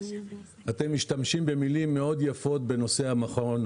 אתם משתמשים במילים יפות מאוד בנושא המכון.